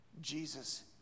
Jesus